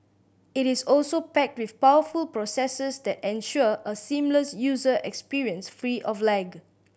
it is also packed with powerful processors that ensure a seamless user experience free of lag